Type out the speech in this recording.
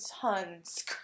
tons